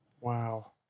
Wow